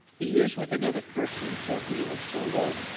he is with another person, so being a solo